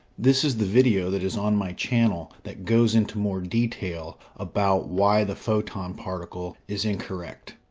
this is the video that is on my channel that goes into more detail about why the photon particle is incorrect,